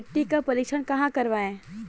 मिट्टी का परीक्षण कहाँ करवाएँ?